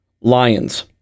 Lions